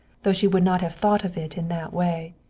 though she would not have thought of it in that way.